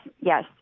yes